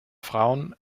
frauen